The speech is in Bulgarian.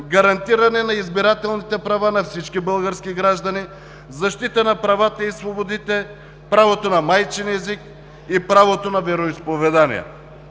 гарантиране на избирателните права на всички български граждани, в защита на правата и свободите, правото на майчин език и правото на вероизповедание.